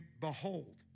behold